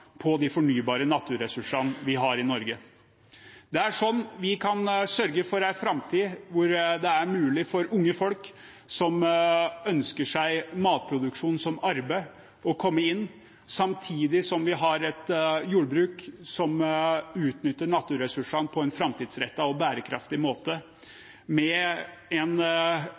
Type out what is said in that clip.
de fornybare naturressursene vi har i Norge. Det er sånn vi kan sørge for en framtid hvor det er mulig for unge folk som ønsker seg matproduksjon som arbeid, å komme inn i det, samtidig som vi har et jordbruk som utnytter naturressursene på en framtidsrettet og bærekraftig måte, med en